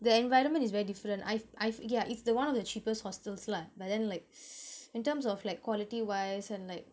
the environment is very different I've I've yeah it's the one of the cheapest hostels lah but then like in terms of like quality wise and like